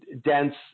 dense